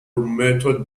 method